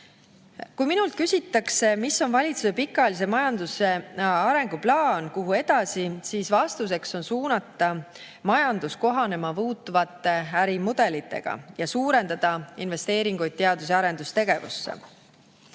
Kui minult küsitakse, mis on valitsuse pikaajaline majanduse arengu plaan, kuhu edasi, siis vastuseks on suunata majandus kohanema muutuvate ärimudelitega ja suurendada investeeringuid teadus‑ ja arendustegevusse.